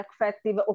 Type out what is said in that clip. effective